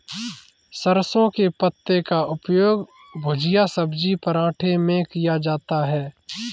सरसों के पत्ते का उपयोग भुजिया सब्जी पराठे में किया जाता है